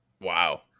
wow